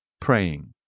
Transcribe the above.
praying